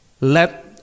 let